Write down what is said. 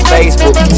Facebook